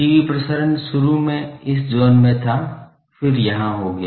TV प्रसारण शुरू में इन ज़ोन में था फिर यहाँ हो गया